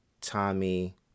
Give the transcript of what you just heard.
Tommy